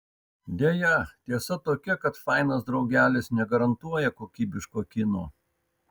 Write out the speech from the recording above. deja tiesa tokia kad fainas draugelis negarantuoja kokybiško kino